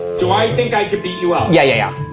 do i think i could beat you up? yeah, yeah, yeah.